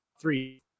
three